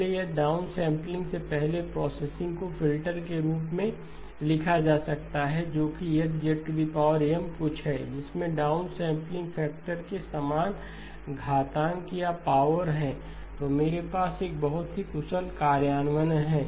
इसलिए यदि डाउनस्मैपलिंग से पहले प्रोसेसिंग को फिल्टर के रूप में लिखा जा सकता है जो कि H कुछ है जिसमें डाउनसैंपलिंग फैक्टर के समान घातांक या पावर है तो मेरे पास एक बहुत ही कुशल कार्यान्वयन है